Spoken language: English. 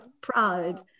pride